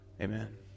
Amen